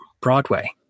Broadway